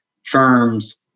firms